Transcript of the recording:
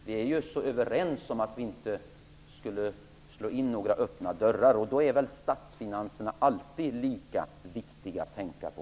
Vi är ju så överens om att vi inte skall slå in några öppna dörrar, och då är väl statsfinanserna alltid lika viktiga att tänka på.